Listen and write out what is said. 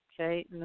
okay